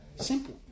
simple